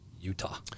Utah